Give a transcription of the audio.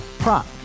Prop